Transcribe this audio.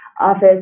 office